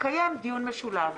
יתקיים דיון משולב.